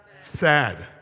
Sad